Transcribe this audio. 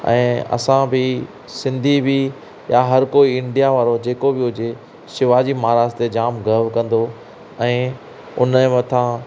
ऐं असां बि सिंधी बि या हर कोई इंडिया वारो जेको बि हुजे शिवाजी महाराज ते जाम गर्व कंदो ऐं हुनजे मथां